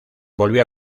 volvió